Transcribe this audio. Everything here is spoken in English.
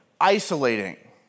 isolating